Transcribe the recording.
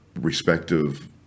respective